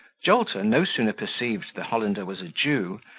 jolter no sooner perceived the hollander was a jew,